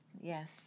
Yes